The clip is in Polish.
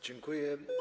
Dziękuję.